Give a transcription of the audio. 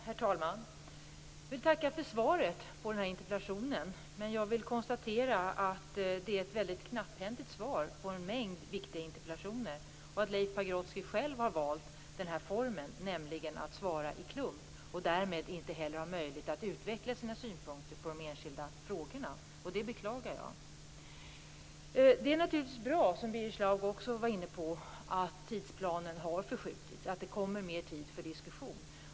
Herr talman! Jag vill tacka för svaret på den här interpellationen. Jag konstaterar att det är ett mycket knapphändigt svar på en mängd viktiga interpellationer. Leif Pagrotsky har själv valt den här formen, nämligen att svara i klump. Därmed har han inte heller möjlighet att utveckla sina synpunkter på de enskilda frågorna, och det beklagar jag. Det är naturligtvis bra, som Birger Schlaug också var inne på, att tidsplanen har förskjutits och att det blir mer tid för diskussion.